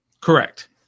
Correct